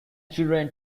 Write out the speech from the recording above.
children